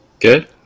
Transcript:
Good